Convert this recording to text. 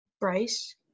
Bryce